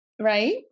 right